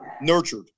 nurtured